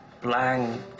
blank